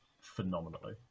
phenomenally